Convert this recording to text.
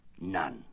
None